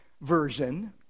version